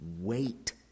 wait